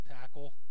tackle